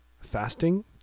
fasting